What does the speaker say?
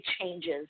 changes